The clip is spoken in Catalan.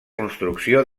construcció